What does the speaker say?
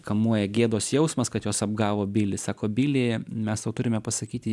kamuoja gėdos jausmas kad jos apgavo bili sako bili mes turime pasakyti